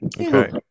Okay